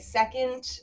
second